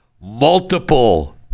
Multiple